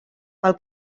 pel